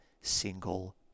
single